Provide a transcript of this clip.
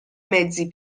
mezzi